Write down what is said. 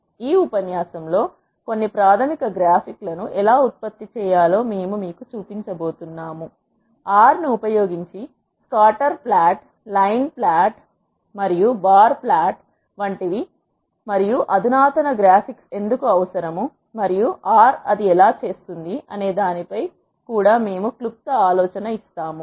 ఈ ఉపన్యాసంలో కొన్ని ప్రాథమిక గ్రాఫిక్లను ఎలా ఉత్పత్తి చేయాలో మేము మీకు చూపించబోతున్నాము R ను ఉపయోగించి స్కాటర్ ప్లాట్ లైన్ ప్లాట్ మరియు బార్ ప్లాట్ వంటివి మరియు మరింత అధునాతన గ్రాఫిక్స్ ఎందుకు అవసరం మరియు R ఎలా చేస్తుంది అనే దానిపై కూడా మేము క్లుప్త ఆలోచన ఇస్తాము